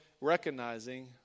recognizing